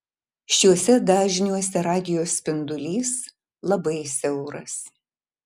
šiuose dažniuose radijo spindulys labai siauras